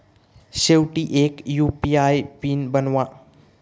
शेवटी एक UPI PIN बनवा